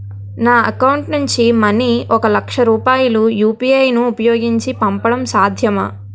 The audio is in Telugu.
నా అకౌంట్ నుంచి మనీ ఒక లక్ష రూపాయలు యు.పి.ఐ ను ఉపయోగించి పంపడం సాధ్యమా?